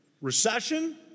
recession